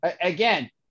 Again